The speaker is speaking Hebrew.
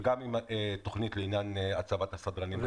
וגם עם התכנית לעניין הצבת הסדרנים.